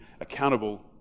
accountable